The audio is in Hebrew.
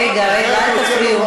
למה דגניה צריכה פחות, נא לסיים.